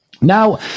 now